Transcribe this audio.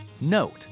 Note